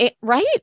Right